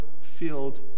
filled